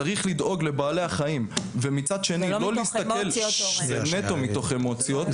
שצריך לדאוג לבעלי חיים ומצד שני לא להסתכל --- זה לא מתוך אמוציות,